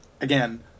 again